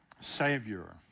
Savior